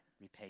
repay